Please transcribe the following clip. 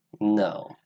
no